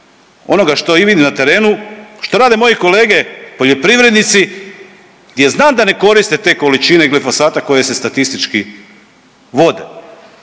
onoga što i vidim na terenu, što rade moji kolege poljoprivrednici gdje znam da ne koriste te količine glifosata koje se statistički vode,